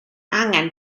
angen